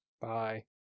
bye